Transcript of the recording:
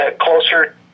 Closer